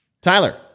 Tyler